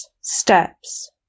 Steps